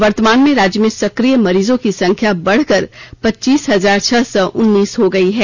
वर्तमान में राज्य में सकिय मरीजों की संख्या बढ़कर पच्चीस हजार छह सौ उन्नीस हो गई है